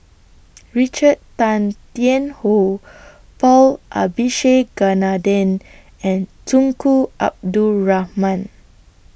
Richard Tan Tian Hoe Paul Abisheganaden and Tunku Abdul Rahman